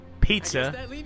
pizza